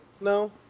no